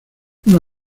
una